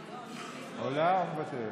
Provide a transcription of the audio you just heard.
עולה או מוותרת?